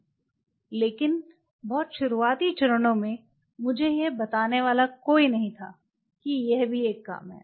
देखें समय ०६५० लेकिन बहुत शुरुआती चरणों में मुझे यह बताने वाला कोई नहीं था कि यह भी एक काम है